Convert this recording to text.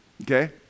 Okay